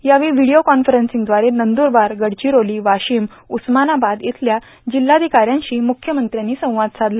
यावेळी व्हिडीओ कॉन्फरब्सिंगद्वारे नंदूरबार गडचिरोली वाशिम उस्मानाबाद येथील जिल्हाधिकाऱ्यांशी मुख्यमंत्र्यांनी संवाद साधला